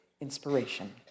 inspiration